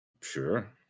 Sure